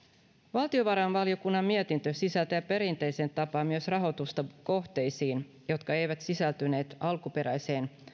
valtiovarainvaliokunnan mietintö sisältää perinteiseen tapaan myös rahoitusta kohteisiin jotka eivät sisältyneet alkuperäiseen